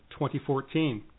2014